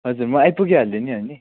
हजुर म आइपुगिहालेँ नि अनि